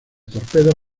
torpedos